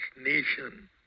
nation